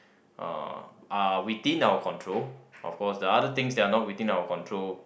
uh within our control of course the other things that are not within our control